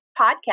podcast